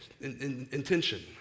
intention